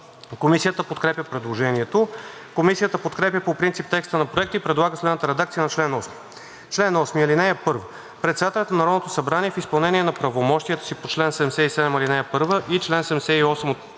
Комисията подкрепя предложението. Комисията подкрепя по принцип текста на Проекта и предлага следната редакция на чл. 8: „Чл. 8. (1) Председателят на Народното събрание в изпълнение на правомощията по чл. 77, ал. 1 и чл. 78,